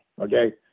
okay